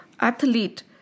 athlete